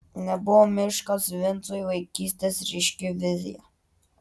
nebuvo miškas vincui vaikystės ryški vizija